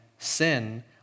sin